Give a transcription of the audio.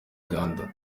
uganda